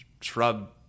shrub